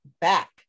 back